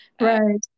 Right